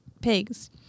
pigs